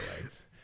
legs